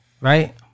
right